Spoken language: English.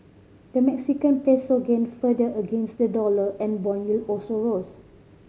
the Mexican Peso gained further against the dollar and bond yield also rose